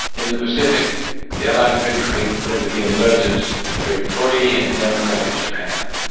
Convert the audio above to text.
in the pacific the allied victory led to the emergence of a free and democratic japan.